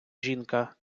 жінка